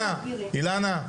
אילנה,